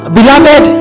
Beloved